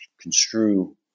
construe